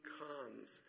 comes